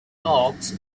locks